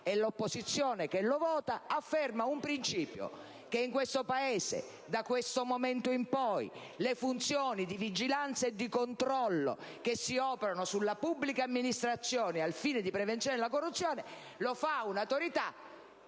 e l'opposizione che lo vota affermano un principio, che in questo Paese, da questo momento in poi, le funzioni di vigilanza e di controllo che si espletano sulla pubblica amministrazione al fine di prevenzione della corruzione le svolge un'autorità